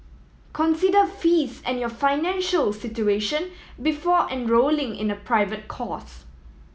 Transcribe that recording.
consider fees and your financial situation before enrolling in a private course